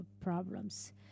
problems